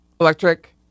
electric